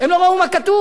הם לא ראו מה כתוב.